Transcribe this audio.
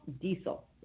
Diesel